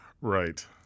Right